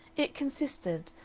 it consisted,